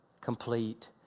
complete